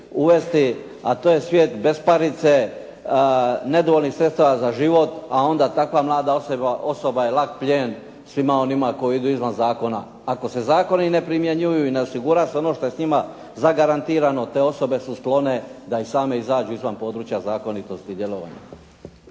uvesti, a to je svijet besparice, nedovoljnih sredstava za život, a onda takva mlada osoba je lak plijen svima onima koji idu izvan zakona. Ako se zakoni ne primjenjuju i ne osigura se ono što je s njima zagarantirano te osobe su sklone da i same izađu izvan područja zakonitosti djelovanja.